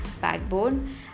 backbone